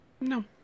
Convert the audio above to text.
No